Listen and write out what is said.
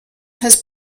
has